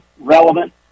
relevant